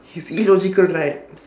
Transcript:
he's illogical right